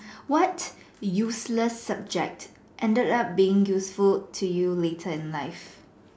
what useless subject ended up being useful to you later in life